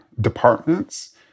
departments